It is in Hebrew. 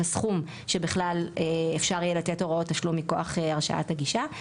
הסכום שבכלל אפשר יהיה לתת הוראות תשלום מכוח הרשאת הגישה.